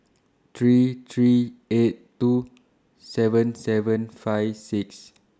three three eight two seven seven five six